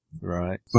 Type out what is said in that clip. Right